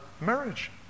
marriage